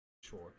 Sure